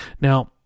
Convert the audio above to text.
Now